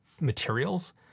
materials